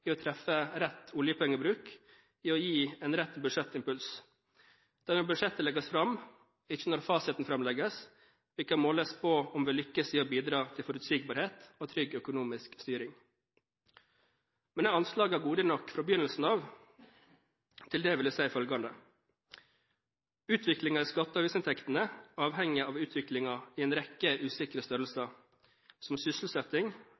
i å treffe rett oljepengebruk, i å gi en rett budsjettimpuls. Det er når budsjettet legges fram – ikke når fasiten framlegges – vi kan måles på om vi lykkes i å bidra til forutsigbarhet og trygg økonomisk styring. Men er anslagene gode nok fra begynnelsen av? Til det vil jeg si følgende: Utviklingen i skatte- og avgiftsinntektene avhenger av utviklingen i en rekke usikre størrelser, som sysselsetting,